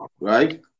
right